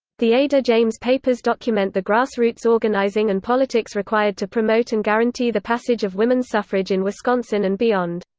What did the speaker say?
the ada james papers document the grass roots organizing and politics required to promote and guarantee the passage of women's suffrage in wisconsin and beyond.